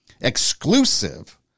exclusive